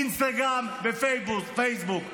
אינסטגרם ופייסבוק.